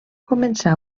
començar